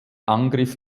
angriff